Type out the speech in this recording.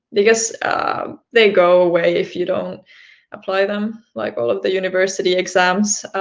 because they go away if you don't apply them like all of the university exams,